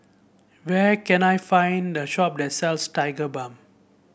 where can I find a shop that sells Tigerbalm